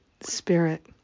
Spirit